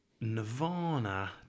Nirvana